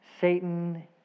Satan